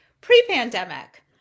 pre-pandemic